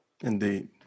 Indeed